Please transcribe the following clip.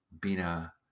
bina